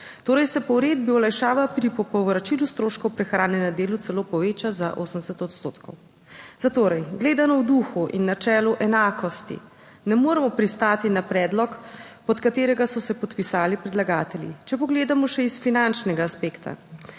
Torej, se po uredbi olajšava pri povračilu stroškov prehrane na delu celo poveča za 80 odstotkov. Zatorej gledano v duhu in načelu enakosti ne moremo pristati na predlog pod katerega so se podpisali predlagatelji. Če pogledamo še iz finančnega aspekta.